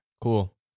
Cool